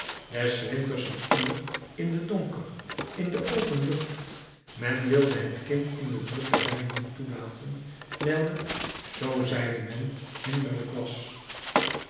des winters een uur in den donker in de open lucht men wilde het kind in de drukkerij niet toelaten wijl het zoo zeide men hinderlijk was